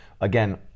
again